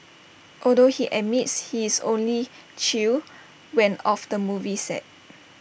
although he admits he is only chill when off the movie set